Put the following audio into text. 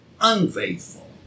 unfaithful